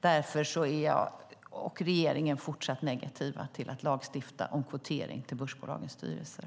Därför är jag och regeringen fortsatt negativa till att lagstifta om kvotering till börsbolagens styrelser.